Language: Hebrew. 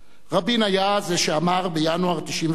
רבין היה זה שאמר, בינואר 1995: